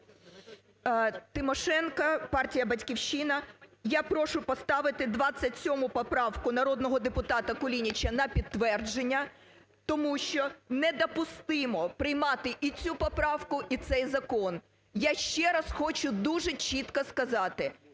Тимошенко, партія "Батьківщина". Я прошу поставити 27 поправку народного депутата Кулініча на підтвердження, тому що недопустимо приймати і цю поправку, і цей закон. Я ще раз хочу дуже чітко сказати,